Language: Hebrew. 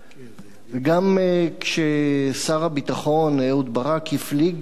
וגם כששר הביטחון אהוד ברק הפליג בשבחיו